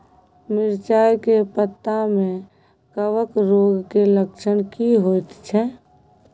मिर्चाय के पत्ता में कवक रोग के लक्षण की होयत छै?